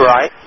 Right